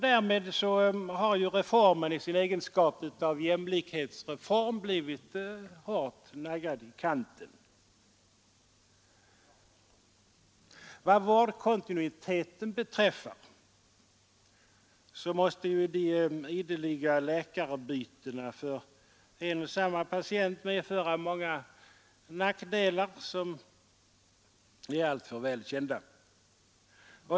Därmed har reformen, i sin egenskap av jämlikhetsreform, blivit hårt naggad i kanten. Vad vårdkontinuiteten beträffar måste de ideliga läkarbytena, som ofta drabbar en och samma patient, medföra många alltför väl kända nackdelar.